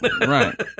right